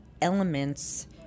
elements